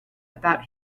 about